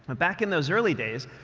back in those early days,